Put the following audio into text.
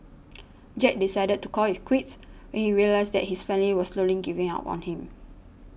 Jack decided to call it quits when he realised that his family was slowly giving up on him